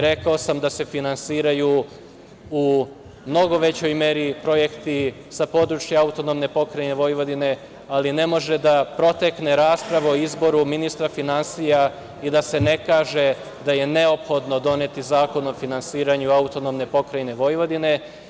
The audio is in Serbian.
Rekao sam da se finansiraju u mnogo većoj meri projekti sa područja AP Vojvodine, ali ne može da protekne rasprava o izboru ministra finansija i da se ne kaže da je neophodno doneti zakon o finansiranju AP Vojvodine.